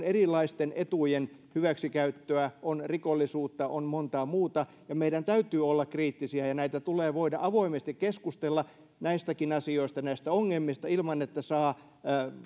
erilaisten etujen hyväksikäyttöä on rikollisuutta on montaa muuta meidän täytyy olla kriittisiä ja tulee voida avoimesti keskustella näistäkin asioista ja näistä ongelmista ilman että saa